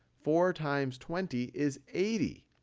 four times twenty is eighty.